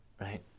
Right